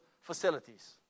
facilities